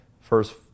First